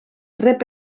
rep